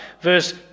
Verse